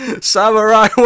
Samurai